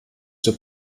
zur